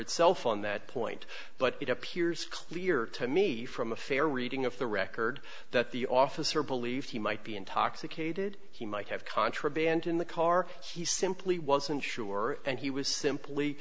itself on that point but it appears clear to me from a fair reading of the record that the officer believed he might be intoxicated he might have contraband in the car he simply wasn't sure and he was simply